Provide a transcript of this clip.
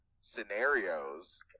scenarios